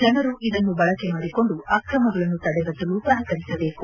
ಜನರು ಇದನ್ನು ಬಳಕೆ ಮಾಡಿಕೊಂಡು ಆಕ್ರಮಗಳನ್ನು ತಡೆಗಟ್ಟಲು ಸಹಕರಿಸಬೇಕು